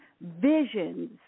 visions